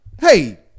Hey